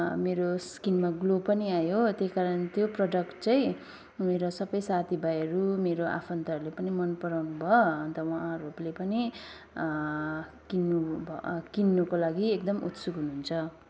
मेरो स्किनमा ग्लो पनि आयो त्यही कारण त्यो प्रडक्ट चाहिँ मेरा सबै साथीभाइहरू मेरो आफन्तहरूले पनि मन पराउनु भयो अन्त उहाँहरूले पनि किन्नु भ किन्नुको लागि एकदम उत्सुक हुनुहुन्छ